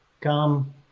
Come